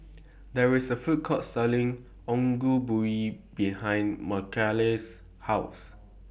There IS A Food Court Selling Ongol Ubi behind Mckayla's House